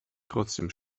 trotzdem